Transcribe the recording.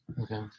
Okay